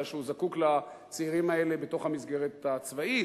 בגלל שהוא זקוק לצעירים האלה בתוך המסגרת הצבאית,